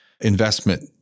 investment